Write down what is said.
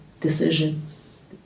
decisions